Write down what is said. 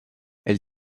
elle